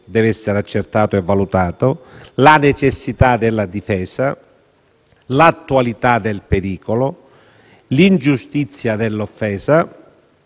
(deve essere accertato e valutato), la necessità della difesa, l'attualità del pericolo, l'ingiustizia dell'offesa